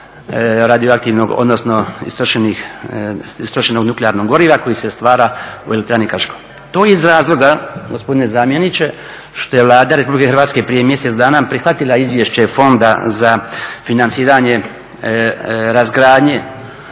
radioaktivnog, odnosno istrošenog nuklearnog goriva koji se stvara u elektrani Krško. To je iz razloga gospodine zamjeniče što je Vlada Republike Hrvatske prije mjesec dana prihvatila izvješće Fonda za financiranje razgradnje